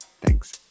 Thanks